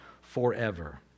forever